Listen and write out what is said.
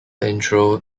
intro